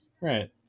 Right